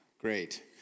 Great